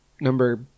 number